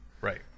right